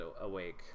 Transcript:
awake